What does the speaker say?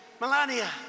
Melania